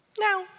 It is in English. now